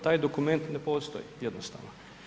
Taj dokument ne postoji jednostavno.